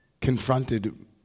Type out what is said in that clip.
confronted